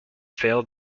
fail